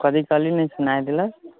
कथी कहलिए नहि सुनाइ देलक